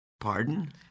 Pardon